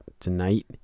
tonight